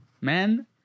Man